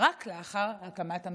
רק לאחר הקמת הממשלה.